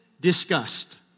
discussed